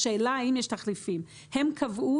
לשאלה האם יש תחליפים: הם קבעו,